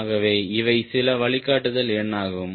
ஆகவே இவை சில வழிகாட்டுதல் எண்ணாகும்